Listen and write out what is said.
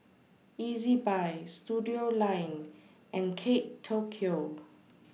Ezbuy Studioline and Kate Tokyo